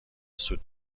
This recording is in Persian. سود